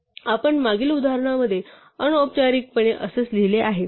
आपण मागील उदाहरणामध्ये अनौपचारिकपणे असेच लिहिले आहे